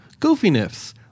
Goofiness